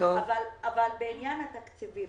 בעניין התקציבים,